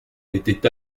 était